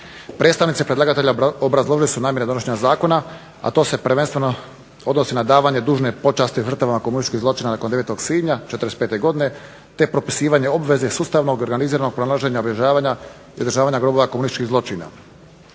Predstavnici predlagatelja obrazložili su namjere donošenja zakona, a to se prvenstveno odnosi na davanje dužne počasti žrtava komunističkih zločina nakon 9. svibnja 1945. godine, te propisivanja obveze sustavnog organiziranja pronalaženja, obilježavanja i održavanja grobova komunističkih zločina.